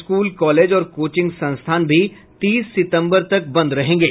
school college और coaching संस्थान भी तीस सितम्बर तक बंद रहेंगे